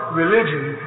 religion